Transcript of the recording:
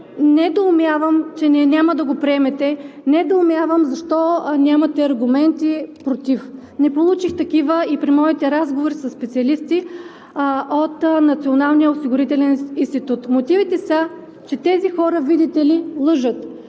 недоумявам, че няма да го приемете, недоумявам защо нямате аргументи против. Не получих такива и при моите разговори със специалисти от Националния осигурителен институт. Мотивите са, че тези хора, видите ли, лъжат,